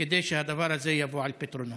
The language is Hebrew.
כדי שהדבר הזה יבוא על פתרונו.